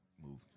move